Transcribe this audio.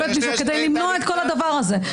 כדי למנוע את כל הדבר הזה,